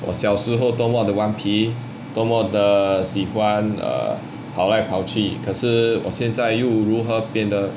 我小时候多么的顽皮多么的喜欢 err 跑来跑去可是我现在又如何变得